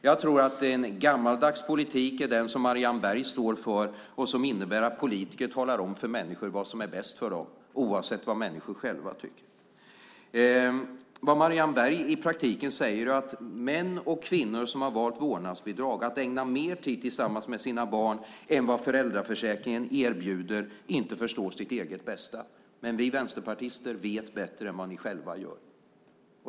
Jag tror att en gammaldags politik är den som Marianne Berg står för och som innebär att politiker talar om för människor vad som är bäst för dem, oavsett vad de själva tycker. Vad Marianne Berg i praktiken säger är att män och kvinnor som har valt vårdnadsbidrag, att ägna mer tid tillsammans med sina barn än vad föräldraförsäkringen erbjuder, inte förstår sitt eget bästa, men vi vänsterpartister vet bättre än vad ni själva gör.